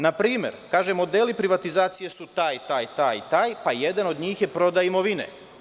Na primer, kaže modeli privatizacije su taj, i taj, i taj, pa jedan od njih je prodaja imovine.